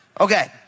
Okay